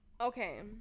Okay